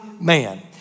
man